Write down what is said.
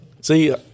See